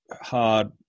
hard